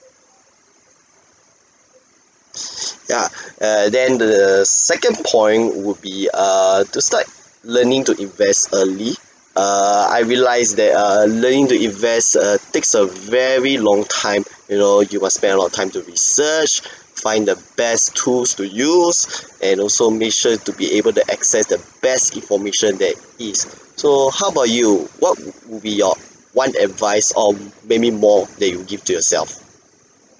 ya err and then the second point would be err to start learning to invest early err I realise that err learning to invest uh takes a very long time you know you must spend a lot of time to research find the best tools to use and also make sure to be able to access the best information there is so how about you what would would be your one advice or maybe more that you would give to yourself